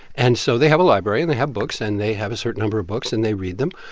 and so they have a library. and they have books. and they have a certain number of books. and they read them.